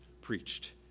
preached